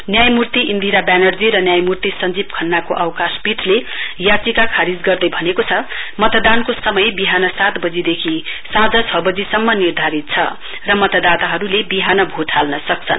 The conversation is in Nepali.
न्यायमूर्ति इन्दिरा व्यानर्जी र न्यायमूति सञ्जीव खन्नाको अवकाश पीठले चाचिका खारिज गर्दै भनेको छ मतदानको समय विहान सात वजीदेखि साँझ छ बजीसम्म निर्धारित छ र मतदाताहरुले विहान भोट हाल्न सक्छन्